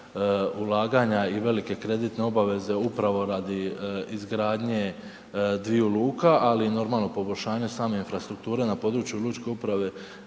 ulaganja i velike kreditne obveze upravo radi izgradnje dviju luka, ali normalno, poboljšanje same infrastrukture na području Lučke uprave